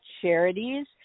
charities